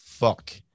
Fuck